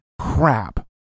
crap